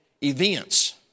events